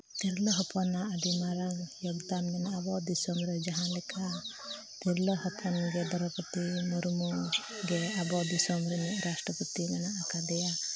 ᱛᱤᱨᱞᱟᱹ ᱦᱚᱯᱚᱱᱟᱜ ᱟᱹᱰᱤ ᱢᱟᱨᱟᱝ ᱡᱳᱜᱽᱫᱟᱱ ᱢᱮᱱᱟᱜᱼᱟ ᱟᱵᱚ ᱫᱤᱥᱚᱢ ᱨᱮ ᱡᱟᱦᱟᱸ ᱞᱮᱠᱟ ᱛᱤᱨᱞᱟᱹ ᱦᱚᱯᱚᱱ ᱜᱮ ᱫᱨᱳᱣᱯᱚᱫᱤ ᱢᱩᱨᱢᱩ ᱜᱮ ᱟᱵᱚ ᱫᱤᱥᱚᱢ ᱨᱮᱱᱤᱡ ᱨᱟᱥᱴᱨᱚᱯᱚᱛᱤ ᱢᱮᱱᱟᱜ ᱟᱠᱟ ᱫᱮᱭᱟ